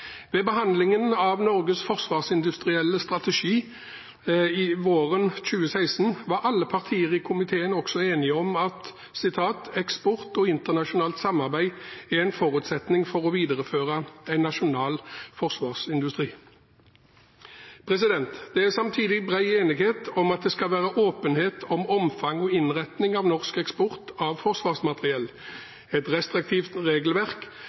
Ved behandlingen av Norges forsvarsindustrielle strategi våren 2016 var alle partier i komiteen også enige om at «eksport og internasjonalt samarbeid er en forutsetning for å videreføre en nasjonal forsvarsindustri». Det er samtidig bred enighet om at det skal være åpenhet om omfang og innretning av norsk eksport av forsvarsmateriell, et restriktivt regelverk